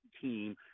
team